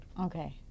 Okay